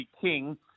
King